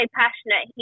passionate